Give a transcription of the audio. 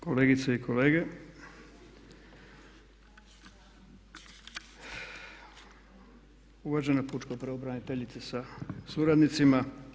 Kolegice i kolege, uvažena pučka pravobraniteljice sa suradnicima.